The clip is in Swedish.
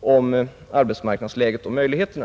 om arbetsmarknadsläget och möjligheterna.